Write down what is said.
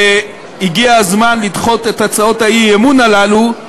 והגיע הזמן לדחות את הצעות האי-אמון הללו,